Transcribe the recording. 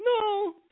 No